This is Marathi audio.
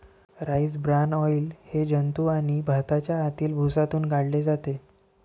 राईस ब्रान ऑइल हे जंतू आणि भाताच्या आतील भुसातून काढले जाते